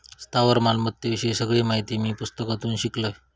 स्थावर मालमत्ते विषयी सगळी माहिती मी पुस्तकातून शिकलंय